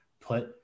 put